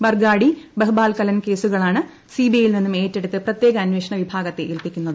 ബർഗാഡി ബെഹ്ബാൽകലൻ കേസുകളാണ് സിബിഐയിൽ നിന്നും ഏറ്റെടുത്ത് പ്രത്യേക അന്വേഷണ വിഭാഗത്തെ ഏൽപ്പിക്കുന്നത്